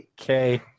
Okay